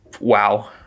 Wow